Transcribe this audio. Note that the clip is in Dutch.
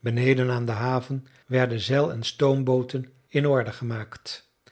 beneden aan de haven werden zeilen stoombooten in orde gemaakt